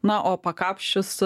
na o pakapsčius